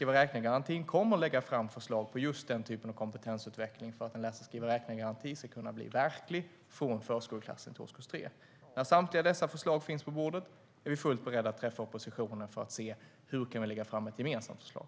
Vi kommer att lägga fram förslag om just den typen av kompetensutveckling för att en läsa-skriva-räkna-garanti ska kunna bli verklig från förskoleklassen till årskurs 3. När samtliga dessa förslag finns på bordet är vi fullt beredda att träffa oppositionen för att se hur vi kan lägga fram ett gemensamt förslag.